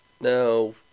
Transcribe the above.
No